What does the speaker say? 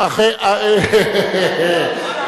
גם על הסדר בכנסת.